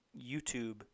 YouTube